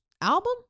album